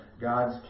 God's